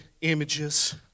images